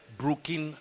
broken